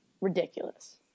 ridiculous